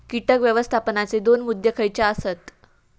कीटक व्यवस्थापनाचे दोन मुद्दे खयचे आसत?